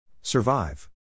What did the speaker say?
Survive